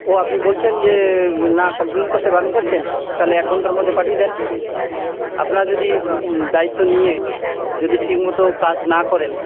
ও আপনি বলছেন যে না কমপ্লেন করতে বারণ করছেন তাহলে এক ঘণ্টার মধ্যে পাঠিয়ে দেন আপনারা যদি দায়িত্ব নিয়ে যদি ঠিক মতো কাজ না করেন